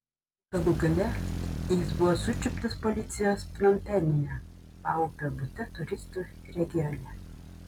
galų gale jis buvo sučiuptas policijos pnompenyje paupio bute turistų regione